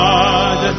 God